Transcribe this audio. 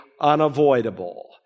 unavoidable